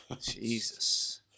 Jesus